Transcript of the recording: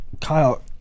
Kyle